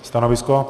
Stanovisko?